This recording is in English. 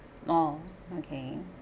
oh okay